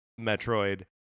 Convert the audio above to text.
metroid